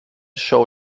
show